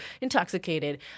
intoxicated